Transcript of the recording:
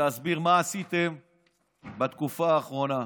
ולהסביר מה עשיתם בתקופה האחרונה.